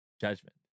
judgment